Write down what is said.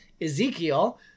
Ezekiel